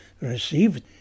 received